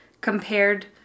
compared